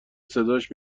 صداش